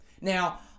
Now